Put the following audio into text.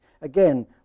Again